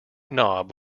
knob